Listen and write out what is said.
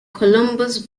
columbus